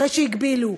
אחרי שהגבילו,